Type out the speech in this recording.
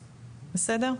בסדר?